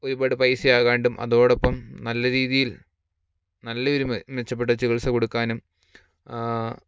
ഒരുപാട് പൈസ ആകാണ്ടും അതോടൊപ്പം നല്ല രീതിയിൽ നല്ല ഒരു മെച്ചപ്പെട്ട ചികിത്സ കൊടുക്കാനും